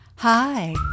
Hi